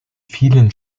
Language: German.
vielen